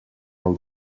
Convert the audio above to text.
del